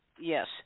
Yes